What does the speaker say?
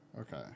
Okay